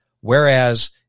Whereas